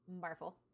Marvel